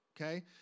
okay